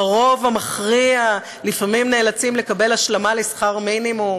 הרוב המכריע לפעמים נאלצים לקבל השלמה לשכר מינימום,